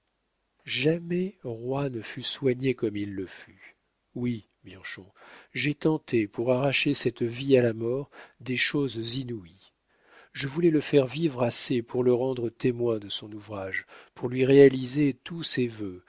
jamais roi ne fut soigné comme il le fut oui bianchon j'ai tenté pour arracher cette vie à la mort des choses inouïes je voulais le faire vivre assez pour le rendre témoin de son ouvrage pour lui réaliser tous ses vœux